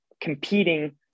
competing